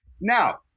Now